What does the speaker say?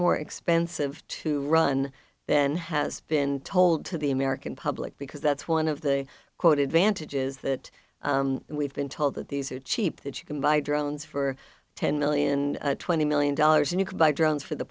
more expensive to run then has been told to the american public because that's one of the quote advantages that we've been told that these are cheap that you can buy drones for ten million twenty million dollars and you could buy drones for the